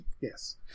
Yes